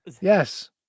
Yes